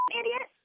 idiot